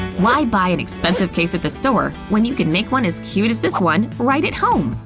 why buy an expensive case at the store when you can make one as cute as this one right at home?